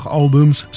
albums